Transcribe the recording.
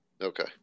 okay